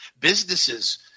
businesses